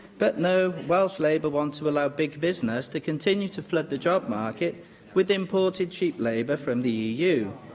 but no welsh labour want to allow big business to continue to flood the job market with imported cheap labour from the eu.